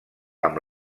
amb